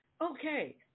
okay